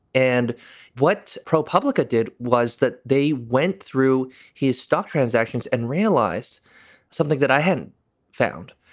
and what propublica did was that they went through his stock transactions and realized something that i hadn't found,